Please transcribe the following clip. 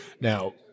Now